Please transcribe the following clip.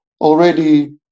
already